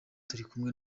turikumwe